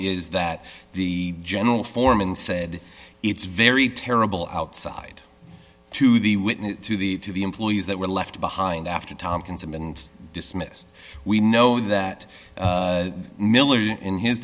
is that the general foreman said it's very terrible outside to the witness to the to the employees that were left behind after tomkins and dismissed we know that miller in his